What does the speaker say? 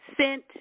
sent